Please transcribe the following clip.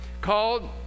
called